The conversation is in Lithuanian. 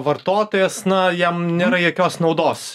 vartotojas na jam nėra jokios naudos